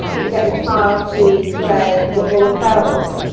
and get the child to say what they were proud of.